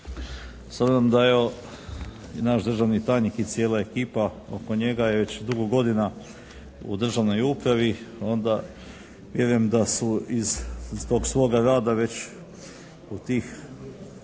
obzirom da je i naš državni tajnik i cijela ekipa oko njega je već dugo godina u državnoj upravi onda vjerujem da su iz tog svoga rada u tih